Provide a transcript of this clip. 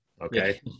okay